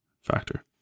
factor